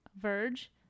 verge